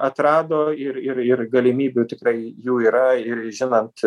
atrado ir ir ir galimybių tikrai jų yra ir žinant